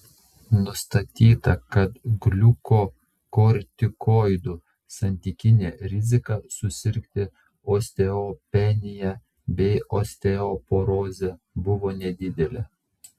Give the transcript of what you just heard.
nustatyta kad gliukokortikoidų santykinė rizika susirgti osteopenija bei osteoporoze buvo nedidelė